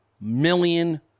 million